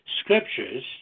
scriptures